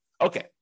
okay